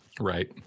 right